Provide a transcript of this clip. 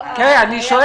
זה אמור